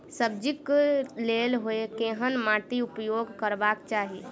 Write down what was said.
सब्जी कऽ लेल केहन माटि उपयोग करबाक चाहि?